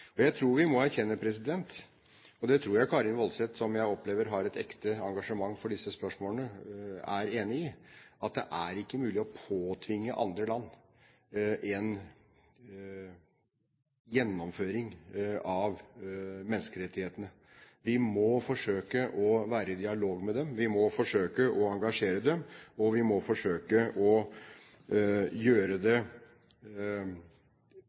Jeg tror vi må erkjenne – og det tror jeg Karin Woldseth, som jeg opplever har et ekte engasjement for disse spørsmålene, er enig i – at det ikke er mulig å påtvinge andre land en gjennomføring av menneskerettighetene. Vi må forsøke å være i dialog med dem, vi må forsøke å engasjere dem, og vi må forsøke å gjøre det